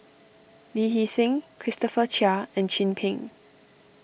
Lee Hee Seng Christopher Chia and Chin Peng